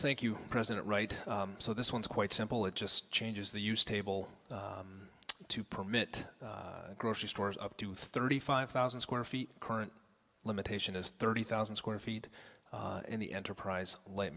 thank you president right so this one is quite simple it just changes the use table to permit grocery stores up to thirty five thousand square feet current limitation is thirty thousand square feet in the enterprise l